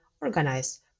organize